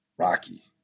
Rocky